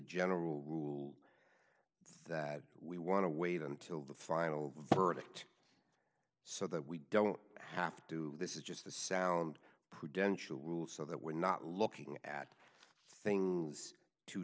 general rule that we want to wait until the final verdict so that we don't have to this is just the sound prudential rules so that we're not looking at things two